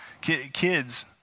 Kids